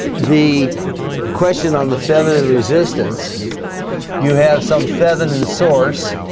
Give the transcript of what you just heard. the question on the feminine resistance you have some feminine source